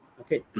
Okay